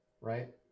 right